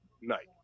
night